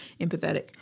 empathetic